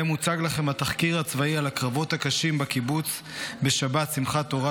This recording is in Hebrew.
שבהם מוצג לכם התחקיר הצבאי על הקרבות הקשים בקיבוץ בשבת שמחת תורה,